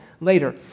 later